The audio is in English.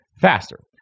faster